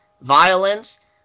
violence